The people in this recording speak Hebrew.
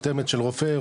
חותמת של רופא,